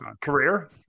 career